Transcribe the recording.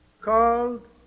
called